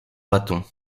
bâton